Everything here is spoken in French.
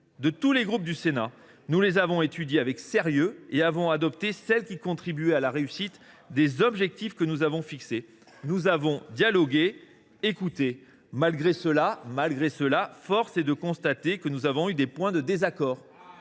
de tous les groupes du Sénat. Nous les avons étudiées avec sérieux et avons adopté celles qui contribuaient à la réussite des objectifs que nous avons fixés. Nous avons dialogué, écouté. Malgré cela, force est de constater que nous avons eu des points de désaccord